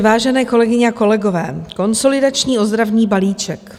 Vážené kolegyně a kolegové, konsolidační ozdravný balíček.